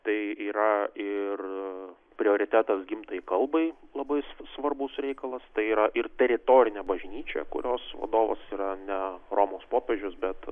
tai yra ir prioritetas gimtajai kalbai labai svarbus reikalas tai yra ir teritorinė bažnyčia kurios vadovas yra ne romos popiežius bet